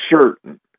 certain